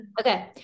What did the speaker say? Okay